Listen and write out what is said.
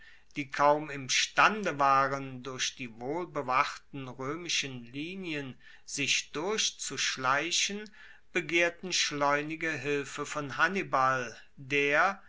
die kaum imstande waren durch die wohlbewachten roemischen linien sich durchzuschleichen begehrten schleunige hilfe von hannibal der